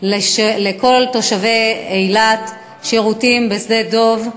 לכל תושבי אילת שירותים בשדה-דב,